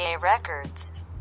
Records